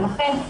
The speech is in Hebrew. לכן,